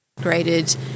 graded